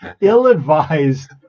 ill-advised